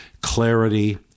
Clarity